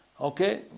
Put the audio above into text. okay